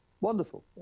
Wonderful